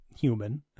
human